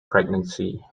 pregnancy